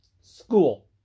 school